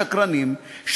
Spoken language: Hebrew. שקרנים,